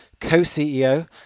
co-CEO